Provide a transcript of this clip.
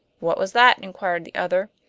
what was that? inquired the other.